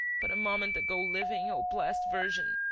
but a moment ago living, oh blessed virgin!